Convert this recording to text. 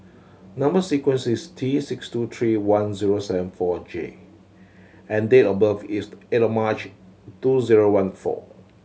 number sequence is T six two three one zero seven four J and date of birth is eight March two zero one four